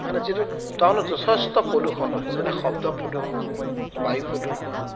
মানে যিটো টাউনত যথেষ্ট প্ৰদূষণ হয় যেনে শব্দ প্ৰদূষণ বায়ু প্ৰদূষণ